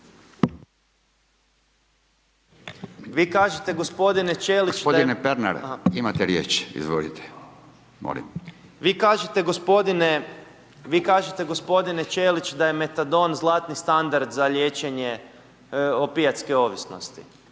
Vi kažete g. Čelić da je metadon zlatni standard za liječenje opijatske ovisnosti,